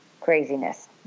craziness